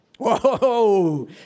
Whoa